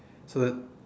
so it's